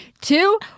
Two